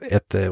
Ett